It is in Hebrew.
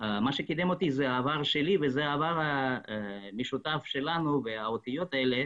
זה העבר שלי וזה העבר המשותף שלנו והאותיות האלה